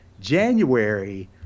january